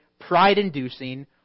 pride-inducing